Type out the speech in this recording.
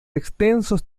extensos